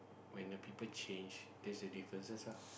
when the people change there's the differences ah